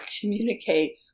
communicate